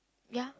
ya